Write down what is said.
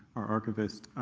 our archivist,